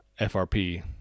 FRP